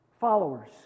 followers